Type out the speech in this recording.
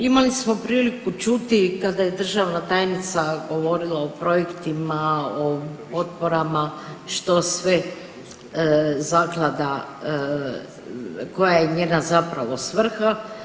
Imali smo priliku čuti kada je državna tajnica govorila o projektima, o potporama što sve zaklada koja je njena zapravo svrha.